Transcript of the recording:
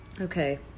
Okay